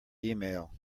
email